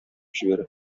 җибәрә